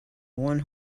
one